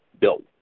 built